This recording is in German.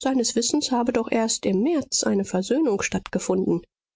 seines wissens habe doch erst im märz eine versöhnung stattgefunden